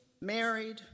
Married